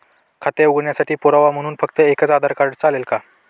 खाते उघडण्यासाठी पुरावा म्हणून फक्त एकच आधार कार्ड चालेल का?